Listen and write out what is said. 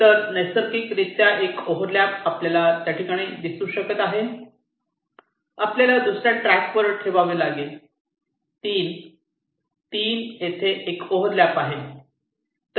तर 2 नैसर्गिकरित्या एक ओव्हर लॅप आहे आपल्याला दुसर्या ट्रॅकवर ठेवावे लागेल 3 3 येथे एक ओव्हर लॅप आहे